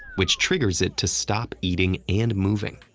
which triggers it to stop eating and moving.